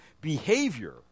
behavior